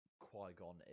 Qui-Gon